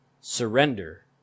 surrender